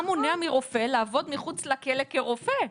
מה מונע מרופא לעבוד מחוץ לכלא כרופא?